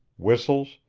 whistles,